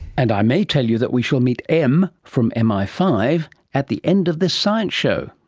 and i may tell you that we shall meet m from m i five at the end of this science show.